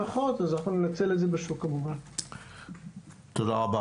תודה רבה.